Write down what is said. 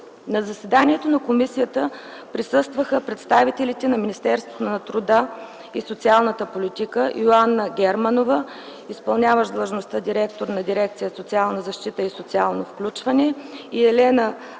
На заседанието на комисията присъстваха представителите на Министерството на труда и социалната политика: Йоанна Германова – и.д. директор на Дирекция „Социална защита и социално включване”, и Елена